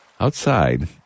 Outside